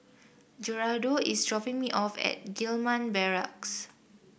Gerardo is dropping me off at Gillman Barracks